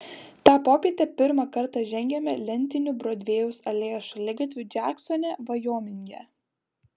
tą popietę pirmą kartą žengiame lentiniu brodvėjaus alėjos šaligatviu džeksone vajominge